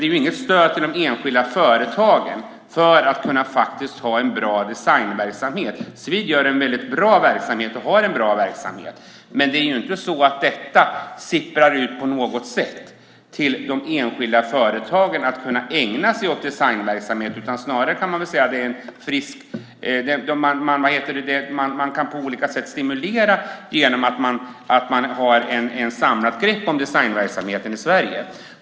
Det är inget stöd till de enskilda företagen för att de faktiskt ska kunna ha en bra designverksamhet. Svid har en mycket bra verksamhet, men det sipprar inte på något sätt ut till de enskilda företagen för att de ska kunna ägna sig åt designverksamhet. Snarare kan man väl säga att de på olika sätt kan stimulera genom att de har ett samlat grepp om designverksamheten i Sverige.